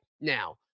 now